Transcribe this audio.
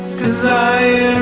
desire